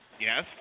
Yes